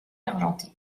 argenté